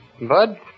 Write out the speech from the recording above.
Bud